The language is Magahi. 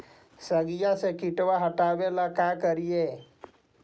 सगिया से किटवा हाटाबेला का कारिये?